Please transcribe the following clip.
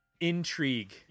intrigue